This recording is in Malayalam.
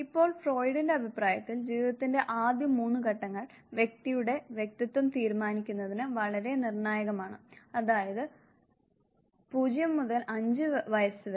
ഇപ്പോൾ ഫ്രോയിഡിന്റെ അഭിപ്രായത്തിൽ ജീവിതത്തിന്റെ ആദ്യ മൂന്ന് ഘട്ടങ്ങൾ വ്യക്തിയുടെ വ്യക്തിത്വം തീരുമാനിക്കുന്നതിന് വളരെ നിർണായകമാണ് അതായത് 0 മുതൽ 5 വയസ്സ് വരെ